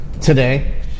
today